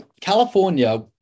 California